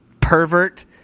pervert